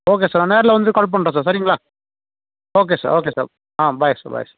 okay sir நான் நேரில் வந்துட்டு கால் பண்ணுறேன் சார் சரிங்களா okay sir okay sir ah bye sir bye sir